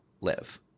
live